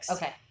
Okay